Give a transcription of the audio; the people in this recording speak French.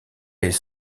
est